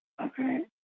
Okay